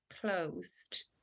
closed